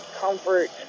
comfort